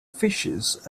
fishes